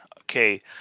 Okay